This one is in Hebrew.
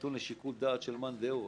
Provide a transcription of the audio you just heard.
נתון לשיקול דעת של מאן דהוא.